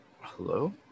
Hello